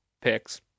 picks